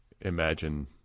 imagine